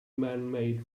manmade